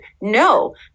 No